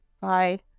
Bye